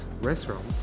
restaurant